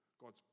God's